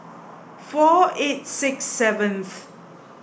four eight six seventh